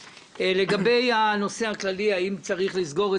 לגבי הנושא הכללי האם צריך לסגור את